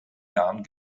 jahren